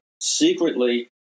Secretly